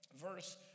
verse